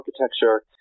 architecture